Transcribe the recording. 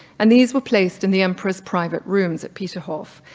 and these were placed in the emperor's private rooms at peterhof,